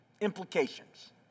implications